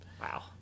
Wow